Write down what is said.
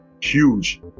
huge